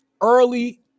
early